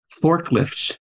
forklifts